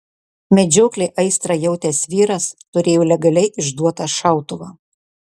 medžioklei aistrą jautęs vyras turėjo legaliai išduotą šautuvą